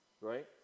Right